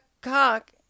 cock